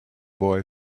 boy